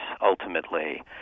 ultimately